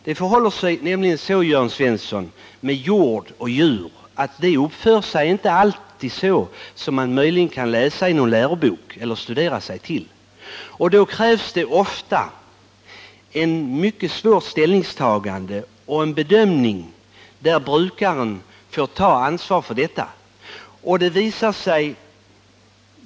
Det förhåller sig nämligen så, Jörn Svensson, med jord och djur att de inte alltid uppför sig som man kan läsa i någon lärobok eller på annat sätt studera sig till. Skötseln av ett jordbruk kräver ofta mycket svåra ställningstaganden, som brukaren får ta ansvaret för.